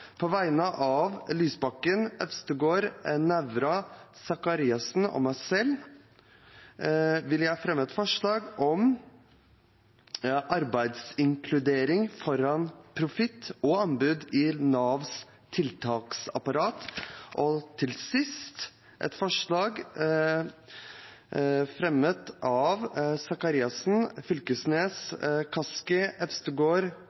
På vegne av representantene Audun Lysbakken, Freddy André Øvstegård, Arne Nævra, Mona Fagerås, Eirik Faret Sakariassen og meg selv vil jeg fremme et forslag om arbeidsinkludering foran profitt og anbud i Navs tiltaksapparat. Til